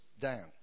down